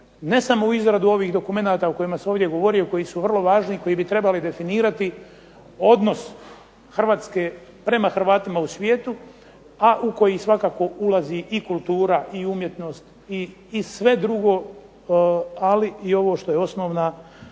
ne samo u izradu ovih dokumenata o kojima se ovdje govori a koji su vrlo važni, koji bi trebali definirati odnos Hrvatske prema Hrvatima u svijetu, a u koji svakako ulazi i kultura, i umjetnost i sve drugo ali i ovo što je osnovna